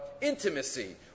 intimacy